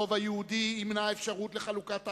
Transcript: הרוב היהודי ימנע אפשרות של חלוקת הארץ,